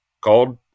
called